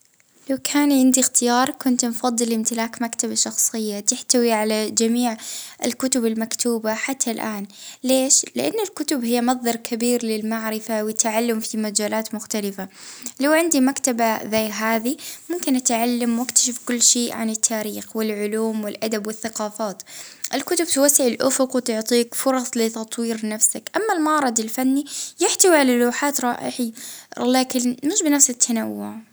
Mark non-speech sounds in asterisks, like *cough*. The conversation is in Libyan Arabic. اه نفضل أنها تكون عندي *hesitation* مكتبة شخصية *hesitation* لأن لأنها عالم من المعرفة والخيال.